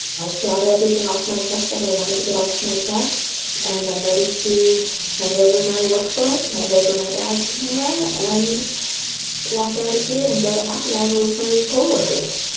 i've got everything off my chest that i wanted to get off my chest. and i'm ready to hand over my work phone, hand over my badge tomorrow and walk out of here and go to happy hour with my coworkers